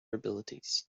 abilities